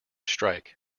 strike